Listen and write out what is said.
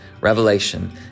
revelation